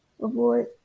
avoid